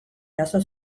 jaso